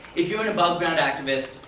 if you are an aboveground activist,